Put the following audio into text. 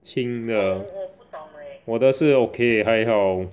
轻的我的是 okay 还好